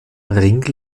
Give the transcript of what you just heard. ring